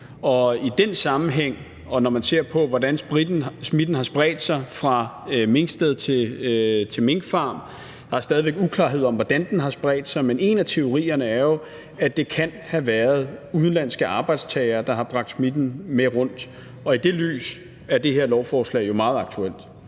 og i den sammenhæng, og når man ser på, hvordan smitten har spredt sig fra minkfarm til minkfarm – der er stadig væk uklarhed om, hvordan den har spredt sig, men en af teorierne er jo, at det kan have været udenlandske arbejdstagere, der har bragt smitten med rundt – er det her lovforslag jo meget aktuelt,